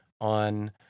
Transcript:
on